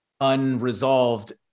unresolved